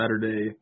Saturday